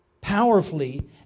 Powerfully